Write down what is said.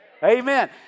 Amen